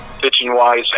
pitching-wise